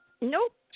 Nope